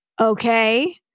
okay